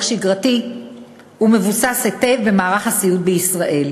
שגרתי המבוסס היטב במערך הסיעוד בישראל.